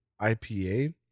ipa